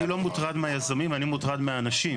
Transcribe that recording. אני לא מוטרד מהיזמים, אני מוטרד מהאנשים.